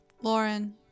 Lauren